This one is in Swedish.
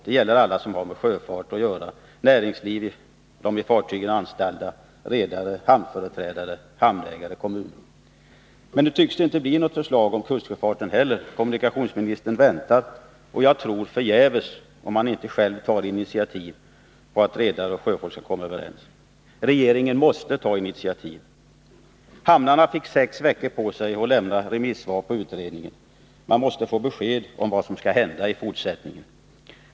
Det gäller alla som har med sjöfart att göra: näringsliv, de i fartygen anställda, redare, hamnföreträdare, hamnägare-kommuner. Men nu tycks det inte bli något förslag om kustsjöfarten heller. Kommunikationsministern väntar — jag tror förgäves, om haninte själv tar initiativ — på att redare och sjöfolk skall komma överens. Regeringen måste ta initiativ. Hamnarna fick sex veckor på sig att lämna remissvar på utredningen. De måste få besked om vad som skall hända i fortsättningen.